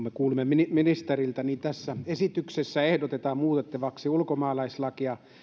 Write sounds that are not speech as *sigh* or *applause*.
*unintelligible* me kuulimme ministeriltä niin tässä esityksessä ehdotetaan muutettavaksi ulkomaalaislakia